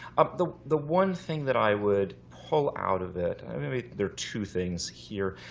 um the the one thing that i would pull out of it maybe there are two things here,